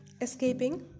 escaping